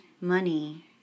money